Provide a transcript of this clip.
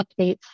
updates